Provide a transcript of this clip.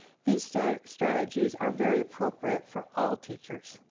these strategies are very appropriate for all teachers.